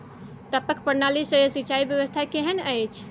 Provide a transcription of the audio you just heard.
टपक प्रणाली से सिंचाई व्यवस्था केहन अछि?